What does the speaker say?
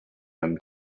them